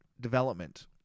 development